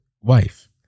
wife